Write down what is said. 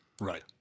right